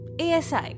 ASI